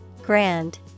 Grand